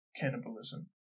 cannibalism